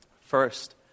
First